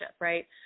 right